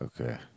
Okay